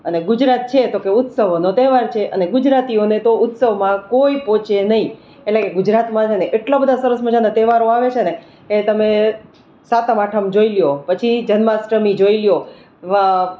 અને ગુજરાત છે તો કહે ઉત્સવોનો તહેવાર છે અને ગુજરાતીઓને તો ઉત્સવમાં કોઈ પહોંચે નહીં એટલે કે ગુજરાતમાં એટલા બધા સરસ મજાના તહેવારો આવે છે ને કે તમે સાતમ આઠમ જોઈ લો પછી જન્માષ્ટમી જોઈ લો